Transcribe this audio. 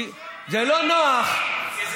כי זה לא נכון.